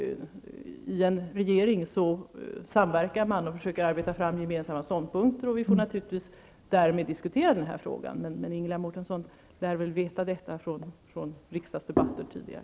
I en regering samverkar man och försöker arbeta fram gemensamma ståndpunkter. Vi får naturligtvis diskutera den här frågan. Men Ingela Mårtensson lär väl känna till detta från tidigare riksdagsdebatter.